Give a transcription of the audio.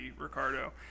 ricardo